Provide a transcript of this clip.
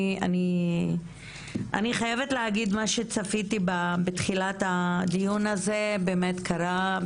אני חייבת להגיד שכל מה שצפיתי שיקרה בתחילת הדיון הזה באמת קרה.